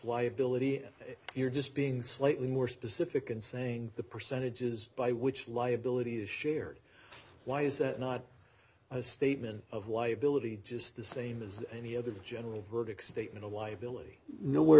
liability you're just being slightly more specific in saying the percentages by which liability is shared why is that not a statement of why ability just the same as any other general verdict statement a liability no where